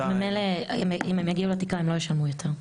ממילא אם הם יגיעו לתקרה הם לא ישלמו יותר.